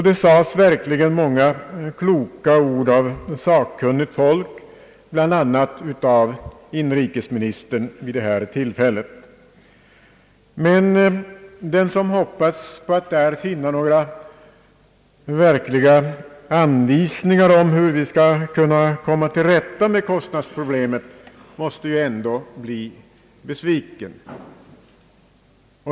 Det sades verkligen vid denna konferens många kloka ord av sakkunnigt folk, bl.a. av inrikesministern. Men den som hoppats på att där finna några verkliga anvisningar om hur vi skall kunna komma till rätta med kostnadsproblemet måste ändå bli besviken.